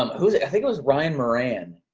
um who was it? i think it was ryan moran.